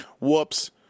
whoops